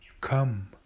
come